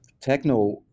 techno